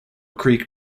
creek